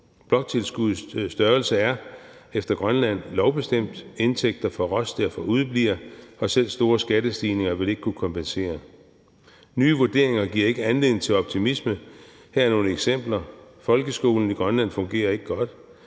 Bloktilskuddets størrelse er for Grønland lovbestemt, og indtægter fra råstoffer udebliver, og selv store skattestigninger vil ikke kunne kompensere. Nye vurderinger giver ikke anledning til optimisme – her er nogle eksempler: Folkeskolen i Grønland fungerer ikke godt.